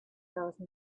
those